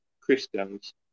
Christians